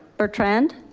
butrend.